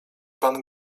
pan